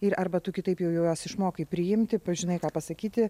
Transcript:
ir arba tu kitaip jau juos išmokai priimti žinai ką pasakyti